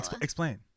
Explain